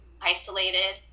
isolated